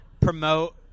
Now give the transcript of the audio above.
promote –